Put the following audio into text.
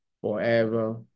forever